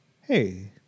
hey